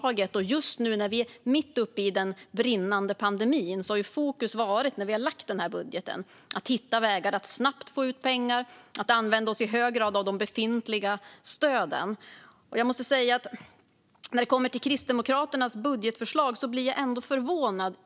När vi har gjort den här budgeten - just när vi är mitt uppe i den brinnande pandemin - har fokus varit att hitta vägar att snabbt få ut pengar och att i hög grad använda oss av de befintliga stöden. När det kommer till Kristdemokraternas budgetförslag måste jag säga att jag blir förvånad.